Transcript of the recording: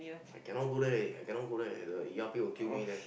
I cannot go there I cannot go there the E_R_P will kill me there